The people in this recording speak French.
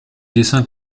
dessins